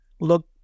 look